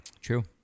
true